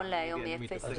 תאמיני לי שאני יודע.